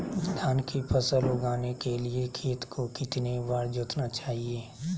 धान की फसल उगाने के लिए खेत को कितने बार जोतना चाइए?